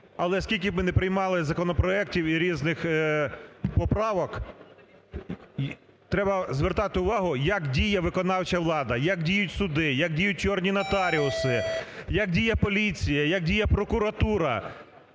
але скільки б ми не приймали законопроектів і різних поправок, треба звертати увагу, як діє виконавча влада, як діють суди, як діють "чорні" нотаріуси, як діє поліція, як діє прокуратури.